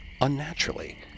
unnaturally